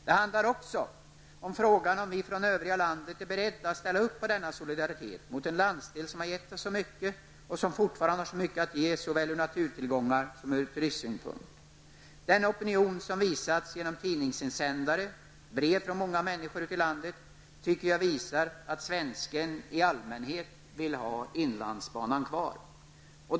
Det handlar också om frågan om vi från övriga landet är beredda att ställa upp på denna solidaritet med en landsdel som har gett oss så mycket och som fortfarande har så mycket att ge såväl när det gäller naturtillgångar som ur turistsynpunkt. Den opinion som visats genom tidningsinsändare och brev från många människor ute i landet tycker jag visar att svensken i allmänhet vill ha inlandsbanan kvar.